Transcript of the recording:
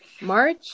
March